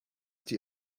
die